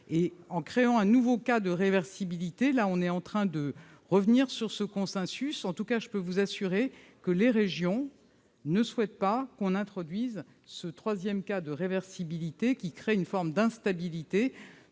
La création d'un nouveau cas de réversibilité nous fait revenir sur ce consensus. En tout cas, je peux vous l'assurer, les régions ne souhaitent pas qu'on introduise ce troisième cas de réversibilité ; cela crée une forme d'instabilité.